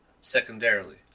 secondarily